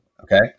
Okay